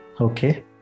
okay